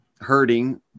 hurting